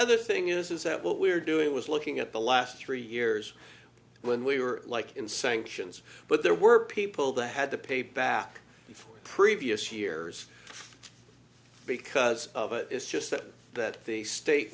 other thing is is that what we're doing was looking at the last three years when we were like in sanctions but there were people that had to pay back for previous years because of it is just that that the state